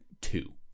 two